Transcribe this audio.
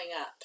up